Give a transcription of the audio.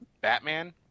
Batman